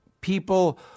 people